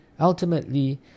Ultimately